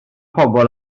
pobl